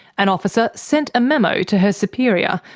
an officer sent a memo to her superior,